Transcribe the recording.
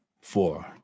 Four